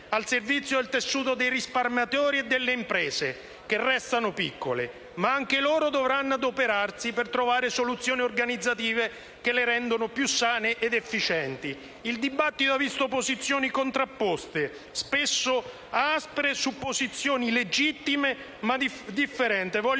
al servizio del tessuto dei risparmiatori e delle imprese che restano piccole; ma anche loro dovranno adoperarsi per trovare soluzioni organizzative che le rendano più sane ed efficienti. Il dibattito ha visto una contrapposizione spesso aspra, su posizioni legittime ma differenti.